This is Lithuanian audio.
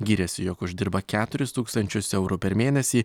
gyrėsi jog uždirba keturis tūkstančius eurų per mėnesį